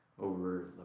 over